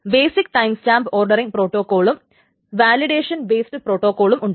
basic timestamp ordering പ്രോട്ടോകോളും validation based പ്രോട്ടോകോളും ഉണ്ട്